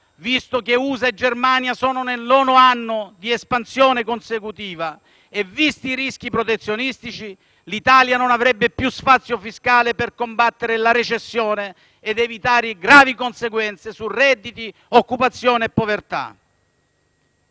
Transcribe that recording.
visto che USA e Germania sono nel nono anno consecutivo di espansione e visti i rischi protezionistici - l'Italia non avrebbe più spazio fiscale per combattere la recessione ed evitare gravi conseguenze su redditi, occupazione e povertà.